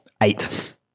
eight